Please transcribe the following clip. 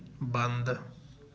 ਬੰਦ